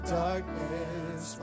darkness